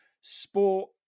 sport